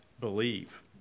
believe